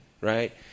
right